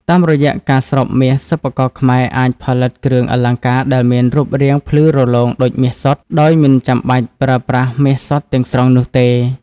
តាមរយៈការស្រោបមាស សិប្បករខ្មែរអាចផលិតគ្រឿងអលង្ការដែលមានរូបរាងភ្លឺរលោងដូចមាសសុទ្ធ ដោយមិនចាំបាច់ប្រើប្រាស់មាសសុទ្ធទាំងស្រុងនោះទេ។